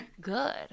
Good